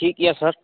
ठीक अइ सर